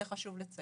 זה חשוב לציין.